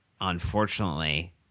unfortunately